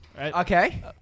Okay